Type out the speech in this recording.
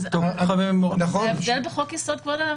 עד הישיבה שאתה תקיים?